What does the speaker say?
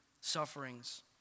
sufferings